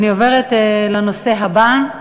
אני עוברת לנושא הבא: